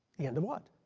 the end of what?